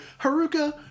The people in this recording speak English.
Haruka